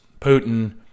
Putin